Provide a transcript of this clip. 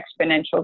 exponential